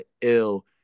ill